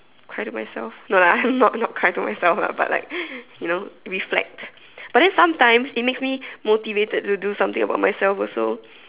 cry to myself no lah not not cry to myself lah but like you know reflect but then sometimes it makes me motivated to do something about myself also